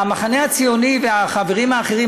המחנה הציוני והחברים האחרים,